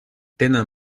tenen